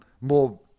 more